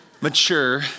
mature